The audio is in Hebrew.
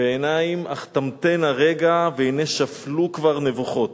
/ ועיניים אך תמתנה רגע / והנה שפלו כבר נבוכות.